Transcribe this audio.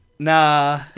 Nah